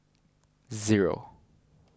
zero